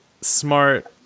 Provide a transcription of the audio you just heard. smart